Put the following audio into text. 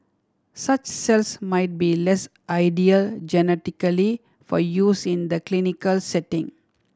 such cells might be less ideal genetically for use in the clinical setting